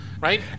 right